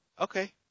Okay